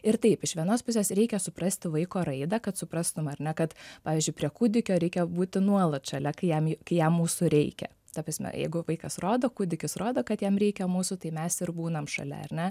ir taip iš vienos pusės reikia suprasti vaiko raidą kad suprastum ar ne kad pavyzdžiui prie kūdikio reikia būti nuolat šalia kai jam kai jam mūsų reikia ta prasme jeigu vaikas rodo kūdikis rodo kad jam reikia mūsų tai mes ir būnam šalia ar ne